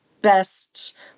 best